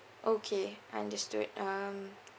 okay understood um